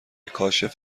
کاشف